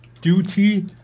duty